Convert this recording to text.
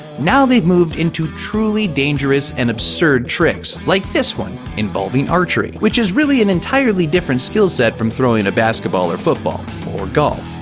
now they've moved into truly dangerous and absurd tricks like this one, involving archery, which is really an entirely different skillset from throwing a basketball or football. or golf.